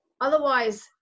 Otherwise